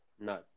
No